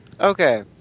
Okay